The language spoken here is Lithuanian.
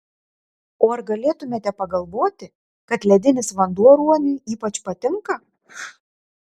o ar galėtumėte pagalvoti kad ledinis vanduo ruoniui ypač patinka